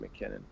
McKinnon